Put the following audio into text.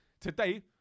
today